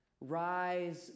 rise